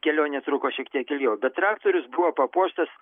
kelionė truko šiek tiek ilgiau bet traktorius buvo papuoštas